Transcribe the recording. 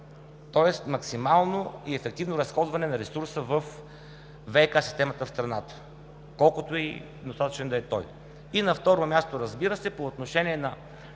Тоест максимално и ефективно разходване на ресурса във ВиК системата в страната, колкото и насочен да е той. И на второ място, разбира се, по отношение на